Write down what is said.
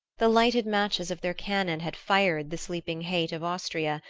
the lighted matches of their cannon had fired the sleeping hate of austria,